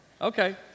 Okay